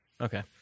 Okay